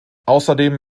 außerdem